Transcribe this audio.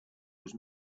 was